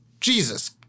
Jesus